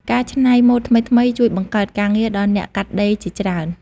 ការច្នៃម៉ូដថ្មីៗជួយបង្កើតការងារដល់អ្នកកាត់ដេរជាច្រើន។